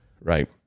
right